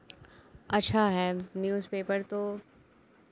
अच्छा है न्यूज़पेपर तो